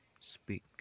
speak